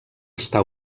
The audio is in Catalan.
està